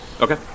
Okay